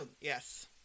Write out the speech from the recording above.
Yes